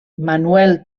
manuel